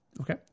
Okay